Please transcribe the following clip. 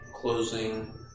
closing